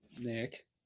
Nick